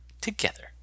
together